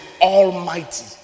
almighty